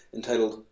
entitled